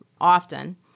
often